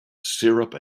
syrup